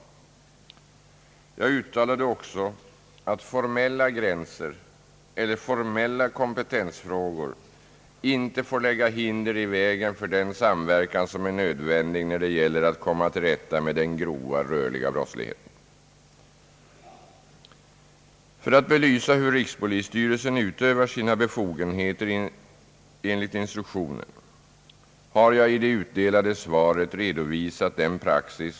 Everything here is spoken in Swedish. Jag uttalade också att formella gränser eller formella kompetensfrågor inte får lägga hinder i vägen för den samverkan som är nödvändig när det gäller att komma till rätta med den grova, rörliga brottsligheten. För att belysa hur rikspolisstyrelsen utövar sina befogenheter enligt instruktionen vill jag redovisa den praxis som har utbildat sig i fråga om styrelsens ledning av polisverksamheten vid statsbesök. Så snart det har blivit känt att ett besök skall komma till stånd och rikspolisstyrelsen från utrikesdepartementet har fått ett preliminärt program för besöket, som upptar de platser som skall besökas, kallar rikspolisstyrelsen berörda länspolischefer och polischefer med experter till sammanträde för samråd. På grund av vad som framkommer vid samrådet görs en bedömning om vad som krävs från skyddsoch ordningssynpunkt.